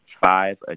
five